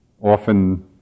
often